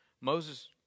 Moses